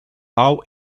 how